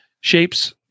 Shapes